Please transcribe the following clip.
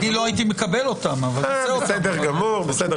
אני לא הייתי מקבל אותם --- בסדר גמור.